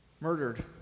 murdered